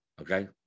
Okay